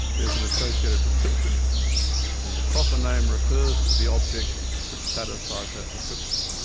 there's an associated description and the proper name refers to the object which satisfies that description.